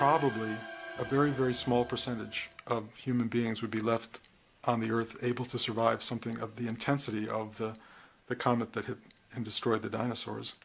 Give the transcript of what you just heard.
probably a very very small percentage of human beings would be left on the earth able to survive something of the intensity of the comet that hit and destroyed the dinosaurs